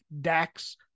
Dax